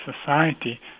society